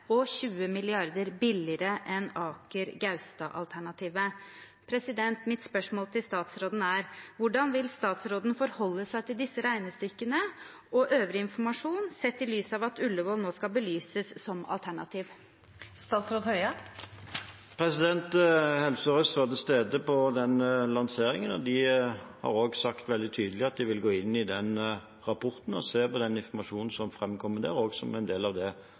og 20 mrd. kr billigere enn Aker–Gaustad-alternativet. Mitt spørsmål til statsråden er: Hvordan vil statsråden forholde seg til disse regnestykkene og øvrig informasjon, sett i lys av at Ullevål nå skal belyses som alternativ? Helse Sør-Øst var til stede på den lanseringen, og de har sagt veldig tydelig at de vil gå inn i den rapporten og se på den informasjonen som framkommer der, som en del av det